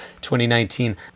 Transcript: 2019